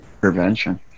prevention